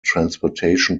transportation